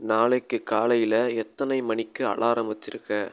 நாளைக்கு காலையில் எத்தனை மணிக்கு அலாரம் வைச்சிருக்க